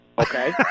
Okay